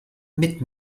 mit